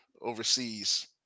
overseas